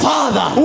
Father